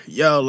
yo